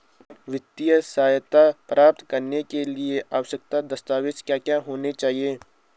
वित्तीय सहायता प्राप्त करने के लिए आवश्यक दस्तावेज क्या क्या होनी चाहिए?